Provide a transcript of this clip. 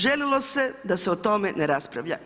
Željelo se da se o tome ne raspravlja.